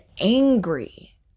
angry